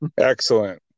excellent